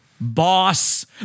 boss